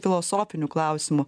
filosofiniu klausimu